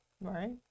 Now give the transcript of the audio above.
right